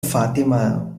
fatima